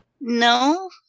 No